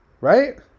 Right